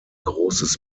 großes